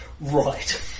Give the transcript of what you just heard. Right